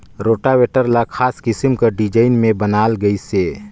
rotavator ल खास किसम कर डिजईन में बनाल गइसे